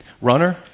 Runner